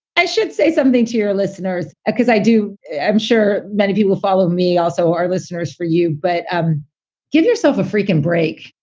i should say something to your listeners, because i do. i'm sure many of you will follow me, also our listeners for you. but um give yourself a freaking break.